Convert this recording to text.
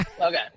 Okay